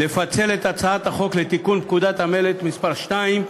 לפצל את הצעת חוק לתיקון פקודת המלט (מס' 2)